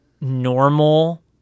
normal